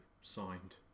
signed